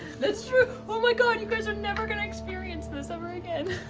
that's true, oh my god, you guys are never going to experience this ever again.